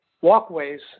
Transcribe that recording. walkways